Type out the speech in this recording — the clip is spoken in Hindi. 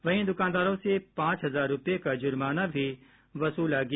वहीं इन दुकानदारों से पांच हजार रूपये का जुर्माना की वसूला गया